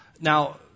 now